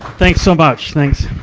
thanks so much. thanks.